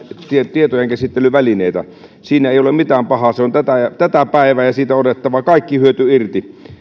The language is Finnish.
tietojenkäsittelyvälineitä siinä ei ole mitään pahaa se on tätä päivää ja siitä on otettava kaikki hyöty irti